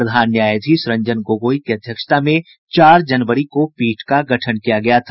प्रधान न्यायाधीश रंजन गोगोई की अध्यक्षता में चार जनवरी को पीठ का गठन किया गया था